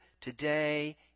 today